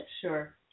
Sure